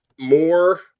more